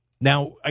Now